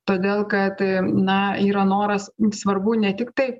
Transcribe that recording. todėl kad na yra noras svarbu ne tik tai